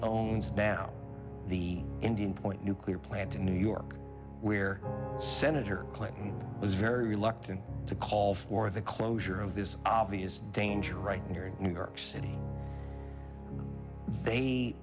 owns now the indian point nuclear plant in new york where senator clinton was very reluctant to call for the closure of this obvious danger right here in new york city they